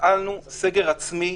הפעלנו סגר עצמי,